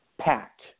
Packed